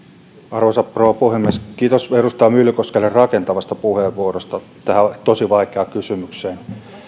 arvoisa rouva puhemies kiitos edustaja myllykoskelle rakentavasta puheenvuorosta tähän tosi vaikeaan kysymykseen